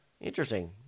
Interesting